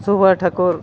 ᱥᱳᱢᱟᱭ ᱴᱷᱟᱹᱠᱩᱨ